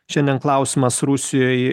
šiandien klausimas rusijoj